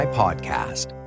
podcast